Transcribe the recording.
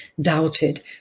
doubted